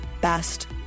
best